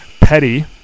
petty